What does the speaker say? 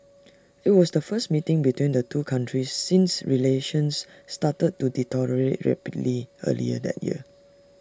IT was the first meeting between the two countries since relations started to deteriorate rapidly earlier that year